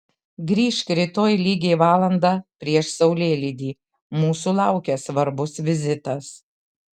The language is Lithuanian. grįžk rytoj lygiai valandą prieš saulėlydį mūsų laukia svarbus vizitas